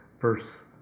verse